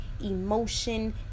emotion